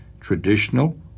Traditional